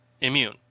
Immune